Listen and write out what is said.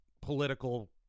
political